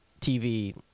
TV